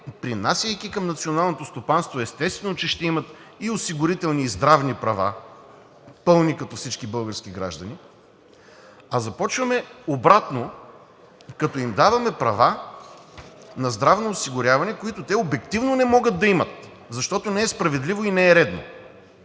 принасяйки към националното стопанство, естествено, че ще имат и осигурителни, и здравни права – пълни, като всички български граждани, а започваме обратно, като им даваме права на здравноосигурявани, които те обективно не могат да имат, защото не е справедливо и не е редно?